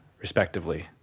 respectively